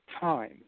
time